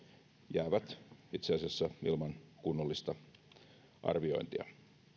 jäävät itse asiassa ilman kunnollista arviointia